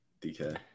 DK